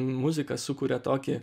muzika sukuria tokį